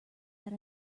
that